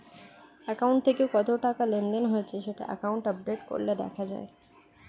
account থেকে কত টাকা লেনদেন হয়েছে সেটা অ্যাকাউন্ট আপডেট করলে দেখা যায়